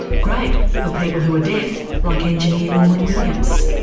great for people who are deaf, like engineer norman williams.